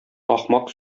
ахмак